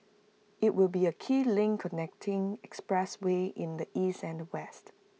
IT will be A key link connecting expressways in the east and the west